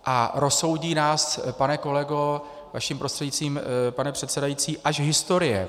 A rozsoudí nás, pane kolego, vaším prostřednictvím, pane předsedající, až historie.